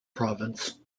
province